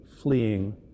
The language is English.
fleeing